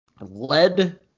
led